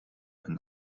and